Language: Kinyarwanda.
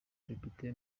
depite